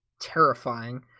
terrifying